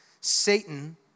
Satan